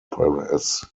press